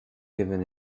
given